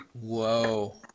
Whoa